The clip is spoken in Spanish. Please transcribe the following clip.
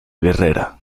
guerrera